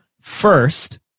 first